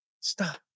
Stop